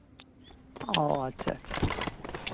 ᱚ ᱟᱪᱪᱷᱟ ᱟᱪᱪᱷᱟ